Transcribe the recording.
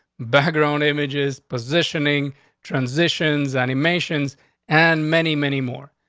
background images, positioning transitions, animations and many, many more.